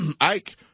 Ike